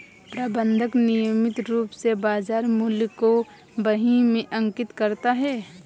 प्रबंधक नियमित रूप से बाज़ार मूल्य को बही में अंकित करता है